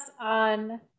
on